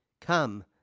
Come